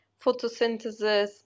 photosynthesis